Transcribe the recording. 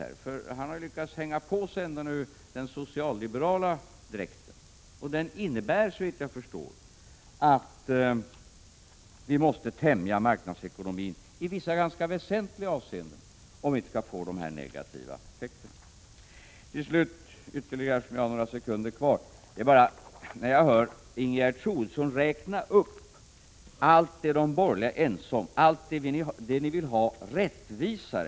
Han har ju ändå lyckats hänga på sig den socialliberala dräkten, som såvitt jag förstår innebär att vi måste tämja marknadsekonomin i vissa ganska väsentliga avseenden om vi inte skall få dessa negativa effekter. Till slut vill jag säga — eftersom jag har några sekunder kvar: Ingegerd Troedsson räknar upp allt som de borgerliga är ense om och allt som de vill ha rättvisare.